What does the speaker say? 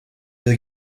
deux